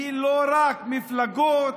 היא לא רק מפלגות,